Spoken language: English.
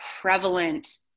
prevalent